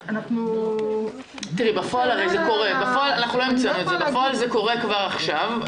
הרי בפועל זה קורה כבר עכשיו.